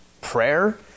prayer